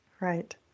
right